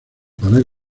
para